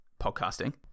podcasting